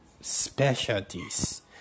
specialties